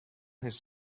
his